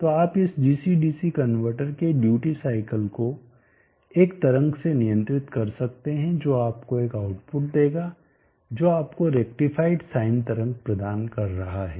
तो आप इस डीसी डीसी कन्वर्टर के ड्यूटी साइकिल को एक तरंग से नियंत्रित कर सकते हैं जो आपको एक आउटपुट देगा जो आपको रेक्टीफाईड साइन तरंग प्रदान कर रहा है